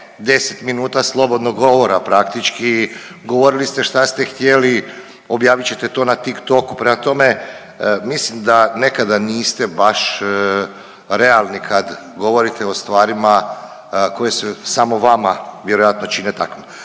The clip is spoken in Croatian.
je 10 minuta slobodnog govora praktički, govorili ste šta ste htjeli, objavit ćete to na Tik-Toku. Prema tome, mislim da nekada niste baš realni kad govorite o stvarima koje se samo vama vjerojatno čine takvim.